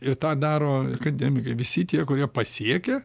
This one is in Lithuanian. ir tą daro akademikai visi tie kurie pasiekia